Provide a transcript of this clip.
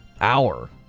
hour